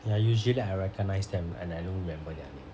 ya usually I recognise them and I don't remember their name